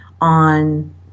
on